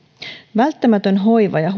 välttämätön hoiva ja